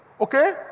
Okay